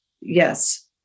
yes